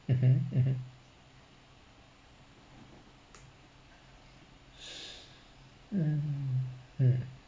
mmhmm mmhmm mm um